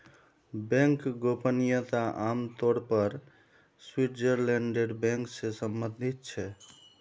bank गोपनीयता आम तौर पर स्विटज़रलैंडेर बैंक से सम्बंधित छे